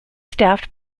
staffed